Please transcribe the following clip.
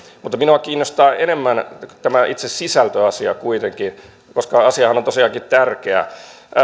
minua kiinnostaa enemmän kuitenkin tämä itse sisältöasia koska asiahan on on tosiaankin tärkeä